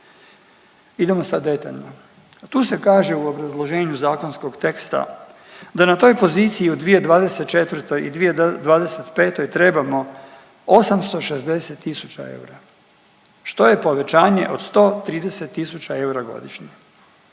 Idemo sad detaljno. Tu se kaže u obrazloženju zakonskog teksta da na toj poziciji u 2024. i 2025. trebamo 860 000 eura što je povećanje od 130 000 eura godišnje